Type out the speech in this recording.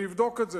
ונבדוק את זה.